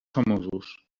famosos